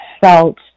felt